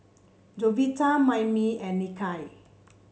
Jovita Mammie and Nikia